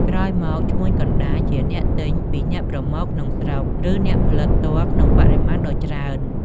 ក្រោយមក ឈ្មួញកណ្តាល ជាអ្នក ទិញ ពីអ្នកប្រមូលក្នុងស្រុក ឬអ្នកផលិតផ្ទាល់ក្នុងបរិមាណដ៏ច្រើន។